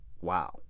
Wow